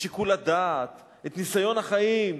שיקול דעת, ניסיון חיים,